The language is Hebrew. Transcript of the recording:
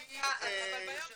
גברתי יושבת הראש,